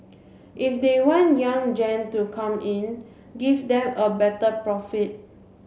if they want young gen to come in give them a better profit